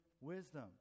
wisdom